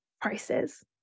prices